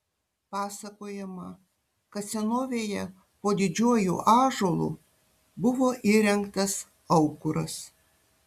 pasakojama kad senovėje po didžiuoju ąžuolu buvo įrengtas aukuras